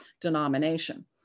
denomination